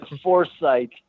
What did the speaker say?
foresight